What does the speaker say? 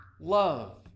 love